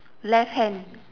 left hand